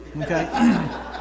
Okay